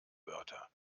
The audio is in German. wörter